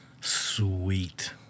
sweet